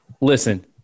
Listen